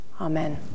Amen